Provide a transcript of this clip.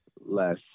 less